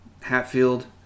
hatfield